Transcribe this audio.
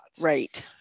right